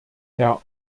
herr